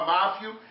Matthew